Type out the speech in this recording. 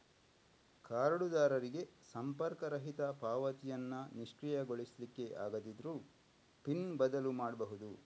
ಕಾರ್ಡುದಾರರಿಗೆ ಸಂಪರ್ಕರಹಿತ ಪಾವತಿಯನ್ನ ನಿಷ್ಕ್ರಿಯಗೊಳಿಸ್ಲಿಕ್ಕೆ ಆಗದಿದ್ರೂ ಪಿನ್ ಬದಲು ಮಾಡ್ಬಹುದು